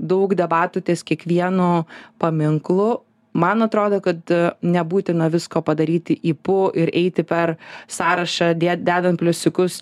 daug debatų ties kiekvienu paminklu man atrodo kad nebūtina visko padaryti ypu ir eiti per sąrašą dedant pliusiukus